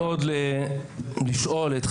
ומזל טוב,